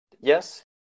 Yes